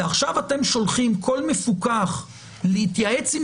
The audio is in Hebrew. ועכשיו אתם שולחים כל מפוקח להתייעץ עם